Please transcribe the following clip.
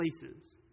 places